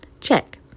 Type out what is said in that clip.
Check